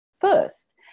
first